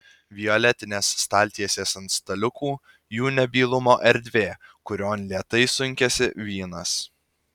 violetinės staltiesės ant staliukų jų nebylumo erdvė kurion lėtai sunkiasi vynas